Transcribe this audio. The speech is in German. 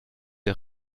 der